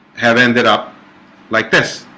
have ended up like this